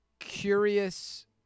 curious